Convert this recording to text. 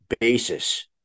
basis